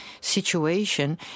situation